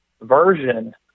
version